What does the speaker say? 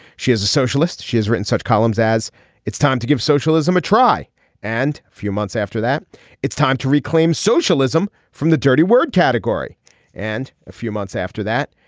she is a socialist. she has written such columns as it's time to give socialism a try and few months after that it's time to reclaim socialism from the dirty word category and a few months after that.